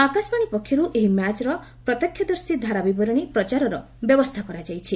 ଆକାଶବାଣୀ ପକ୍ଷରୁ ଏହି ମ୍ୟାଚ୍ର ପ୍ରତ୍ୟକ୍ଷଦର୍ଶୀ ଧାରାବିବରଣୀ ପ୍ରଚାରର ବ୍ୟବସ୍ଥା କରାଯାଇଛି